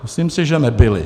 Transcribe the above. Myslím si, že nebyl.